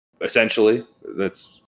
essentially—that's